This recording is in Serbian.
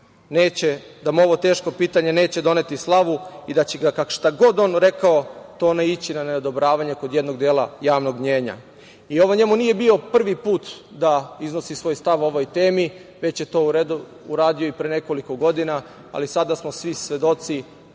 da mu ovo teško pitanje neće doneti slavu i da će ga šta god on rekao, to naići na odobravanje jednog dela javnog mnjenja.I ovo njemu nije bio prvi put da iznosi stav o ovoj temi, već je to uradio pre nekoliko godina, ali sada smo svi svedoci